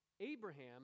Abraham